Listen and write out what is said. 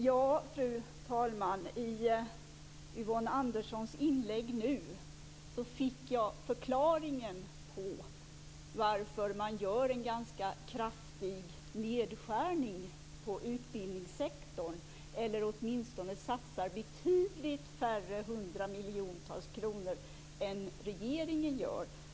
Fru talman! I Yvonne Anderssons inlägg fick jag nu förklaringen till att man gör en ganska kraftig nedskärning på utbildningssektorn, eller åtminstone satsar betydligt färre hundra miljoner kronor än regeringen gör.